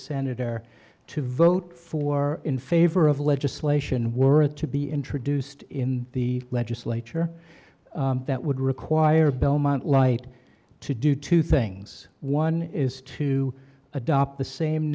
senator to vote for in favor of legislation were to be introduced in the legislature that would require belmont light to do two things one is to adopt the same